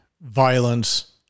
violence